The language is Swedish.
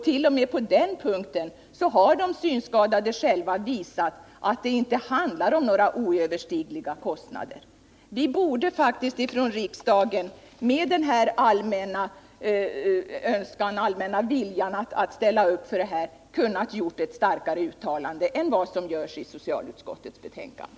T. o. m. på den punkten har de synskadade själva visat att det inte handlar om några oöverstigliga kostnader. Med riksdagens allmänna vilja att ställa upp i den här frågan borde man faktiskt ha kunnat åstadkomma ett starkare uttalande än som är fallet i socialutskottets betänkande.